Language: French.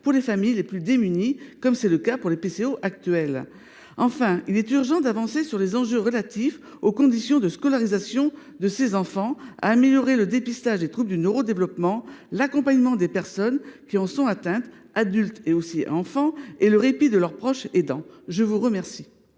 pour les familles les plus démunies, comme c’est le cas actuellement dans les PCO. Enfin, il est urgent d’avancer sur les enjeux relatifs aux conditions de scolarisation de ces enfants, ainsi que d’améliorer le dépistage des troubles du neuro développement, l’accompagnement des personnes qui en sont atteintes, enfants comme adultes, et le répit de leurs proches aidants. La parole